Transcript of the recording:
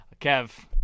Kev